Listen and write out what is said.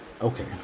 Okay